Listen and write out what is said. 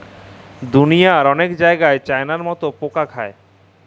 দুঁলিয়ার অলেক জায়গাই চাইলার মতল পকা খায়